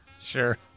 Sure